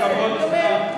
אתה נחשב אדם הגון, דובר אמת.